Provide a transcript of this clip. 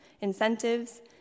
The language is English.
incentives